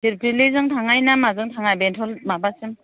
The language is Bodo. फिलफिलिजों थांनो ना माजों थांनो बेंथल माबासिम